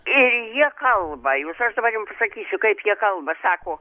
ir jie kalba jūs aš dabar jum pasakysiu kaip jie kalba sako